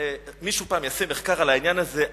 פעם מישהו יעשה מחקר על העניין הזה,